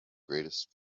greatest